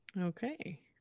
Okay